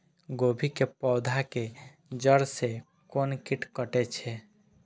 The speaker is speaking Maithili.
गोभी के पोधा के जड़ से कोन कीट कटे छे?